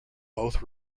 both